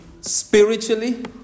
spiritually